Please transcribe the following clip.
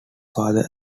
father